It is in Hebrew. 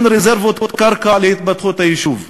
אין רזרבות קרקע להתפתחות היישוב?